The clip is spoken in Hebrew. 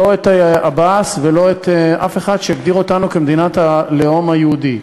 לא את עבאס ולא אף אחד שיגדיר אותנו כמדינת הלאום היהודי.